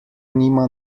nima